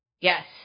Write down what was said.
Yes